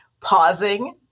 pausing